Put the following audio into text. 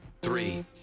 three